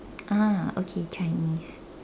ah okay Chinese